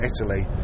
Italy